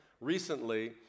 recently